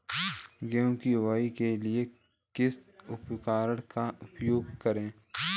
गेहूँ की बुवाई के लिए किस उपकरण का उपयोग करें?